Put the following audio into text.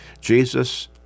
Jesus